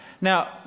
Now